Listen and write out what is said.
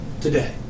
today